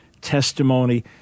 testimony